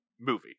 movie